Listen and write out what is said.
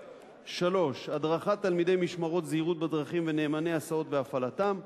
3. הדרכת תלמידי משמרות זהירות בדרכים ונאמני הסעות והפעלתם,